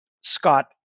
Scott